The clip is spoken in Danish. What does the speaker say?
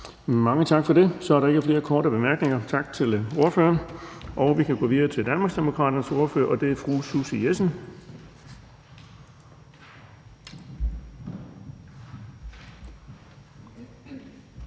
Bonnesen): Så er der ikke flere korte bemærkninger. Tak til ordføreren. Vi kan gå videre til Danmarksdemokraternes ordfører, og det er fru Susie Jessen.